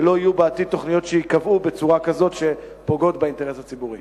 ולא יהיו בעתיד תוכניות שייקבעו בצורה כזאת שפוגעת באינטרס הציבורי.